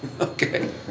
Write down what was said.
Okay